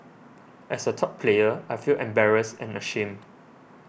as a top player I feel embarrassed and ashamed